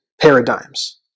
paradigms